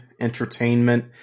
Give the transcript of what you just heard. entertainment